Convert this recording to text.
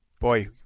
boy